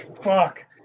Fuck